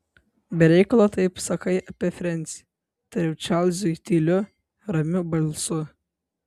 be reikalo taip sakai apie frensį tariau čarlzui tyliu ramiu balsu